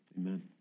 Amen